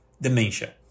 dementia